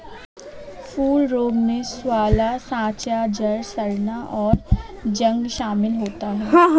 फूल रोग में साँवला साँचा, जड़ सड़ना, और जंग शमिल होता है